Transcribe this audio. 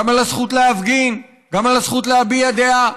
גם על הזכות להפגין, גם על הזכות להביע דעה.